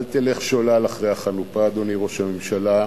אל תלך שולל אחרי החנופה, אדוני ראש הממשלה,